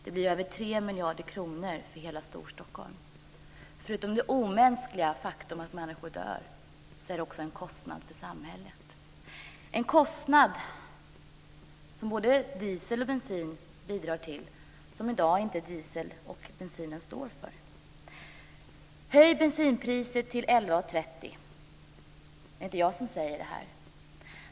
Det blir över 3 miljarder kronor för hela Storstockholm. Förutom det omänskliga faktum att människor dör är det också en kostnad för samhället. Det är en kostnad som både diesel och bensin bidrar till men som varken bensinen eller dieseln står för i dag. Höj bensinpriset till 11:30! Det är inte jag som säger det.